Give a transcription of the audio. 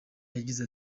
yagize